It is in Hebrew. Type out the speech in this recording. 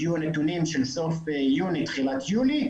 יהיו הנתונים של סוף יוני-תחילת יולי,